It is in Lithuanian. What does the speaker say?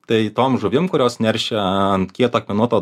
tai tom žuvim kurios neršia ant kieto akmenuoto